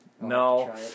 No